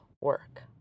work